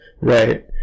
Right